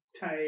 type